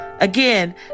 Again